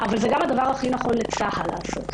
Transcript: אבל זה גם הדבר הכי נכון לצה"ל לעשות.